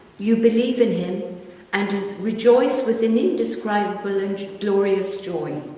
you believe in him and and rejoice with an indescribable and glorious joy,